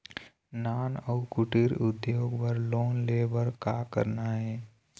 नान अउ कुटीर उद्योग बर लोन ले बर का करना हे?